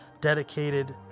dedicated